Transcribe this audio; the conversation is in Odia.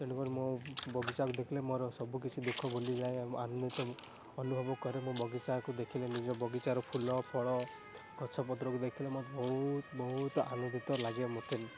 ତେଣୁ କରି ମୁଁ ବଗିଚାକୁ ଦେଖିଲେ ମୋର ସବୁ କିଛି ଦୁଃଖ ଭୁଲିଯାଏ ଆନନ୍ଦିତ ଅନୁଭବ କରେ ମୁଁ ବଗିଚାକୁ ଦେଖିଲେ ନିଜ ବଗିଚାର ଫୁଲ ଫଳ ଗଛପତ୍ରକୁ ଦେଖିଲେ ବହୁତ ବହୁତ ଆନନ୍ଦିତ ଲାଗେ ମୋତେ